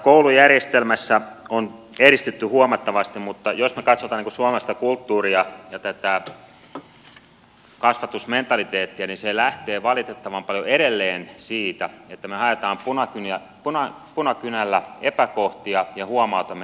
koulujärjestelmässä on edistytty huomattavasti mutta jos me katsomme suomalaista kulttuuria ja tätä kasvatusmentaliteettia se lähtee valitettavan paljon edelleen siitä että me haemme punakynällä epäkohtia ja huomautamme niistä